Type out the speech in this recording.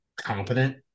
competent